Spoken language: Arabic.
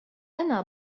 أنا